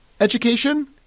education